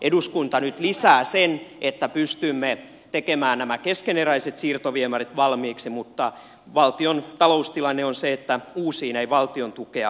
eduskunta nyt lisää sen että pystymme tekemään nämä keskeneräiset siirtoviemärit valmiiksi mutta valtion taloustilanne on se että uusiin ei valtion tukea löydy